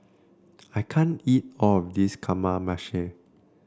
I can't eat all of this Kamameshi